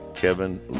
Kevin